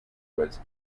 was